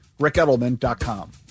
rickedelman.com